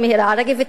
על רכבת אטית,